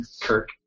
Kirk